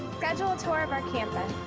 schedule a tour of our campus.